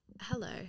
Hello